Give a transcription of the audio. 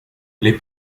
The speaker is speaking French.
les